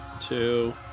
two